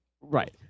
Right